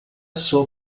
sua